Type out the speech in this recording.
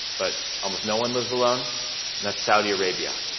but almost no one lives alone and that's saudi arabia.